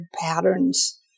patterns